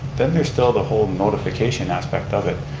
then there's still the whole notification aspect of it.